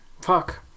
fuck